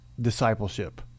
discipleship